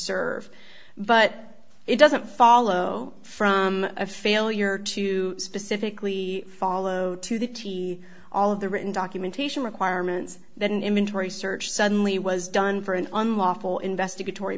serve but it doesn't follow from a failure to specifically follow to the t all of the written documentation requirements than him into a search suddenly was done for an unlawful investigat